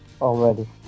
already